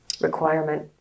requirement